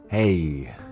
Hey